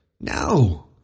No